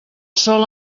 sol